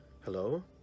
Hello